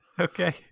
Okay